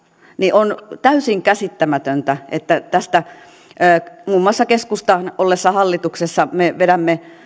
on täysin käsittämätöntä että muun muassa keskustan ollessa hallituksessa me vedämme